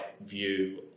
view